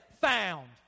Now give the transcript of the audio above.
found